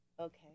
Okay